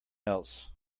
else